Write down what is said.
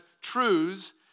truths